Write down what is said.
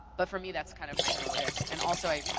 but for me, that's kind of my modus. and also, ah